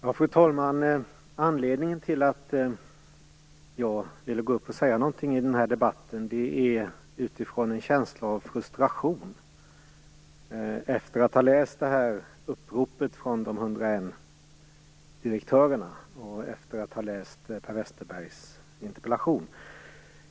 Fru talman! Anledningen till att jag ville säga något i den här debatten är den känsla av frustration jag har efter att ha läst uppropet från de 101 direktörerna och efter att ha läst Per Westerbergs interpellation.